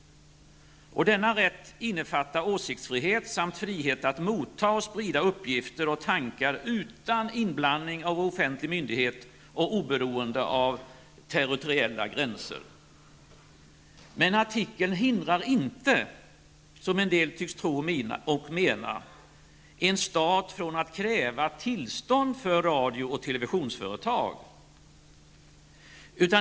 Denna rätt innefattar åsiktsfrihet samt frihet att motta och sprida uppgifter och tankar utan inblandning av offentlig myndighet och oberoende av territoriella gränser. Men artikeln hindrar inte, som en del tycks anse, en stat från att kräva tillstånd för radio och televisionsföretag.